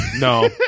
No